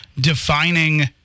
defining